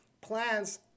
plans